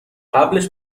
قبلش